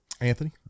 anthony